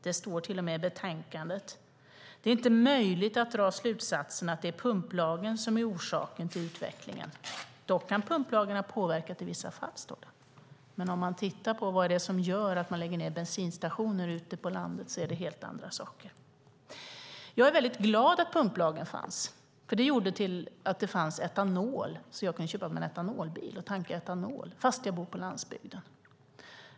Det står till och med i betänkandet: Det är "inte möjligt att dra slutsatsen att det är pumplagen som är orsaken till denna utveckling; dock kan pumplagen ha påverkat i vissa fall." Om man tittar på vad det är som gör att bensinstationer läggs ned ute på landet finner man att det är helt andra saker. Jag är väldigt glad över att pumplagen fanns, för den gjorde att det fanns etanol, så att jag kunde köpa mig en etanolbil och tanka etanol fast jag bor på landsbygden.